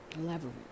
leverage